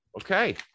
Okay